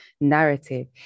narrative